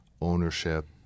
ownership